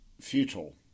futile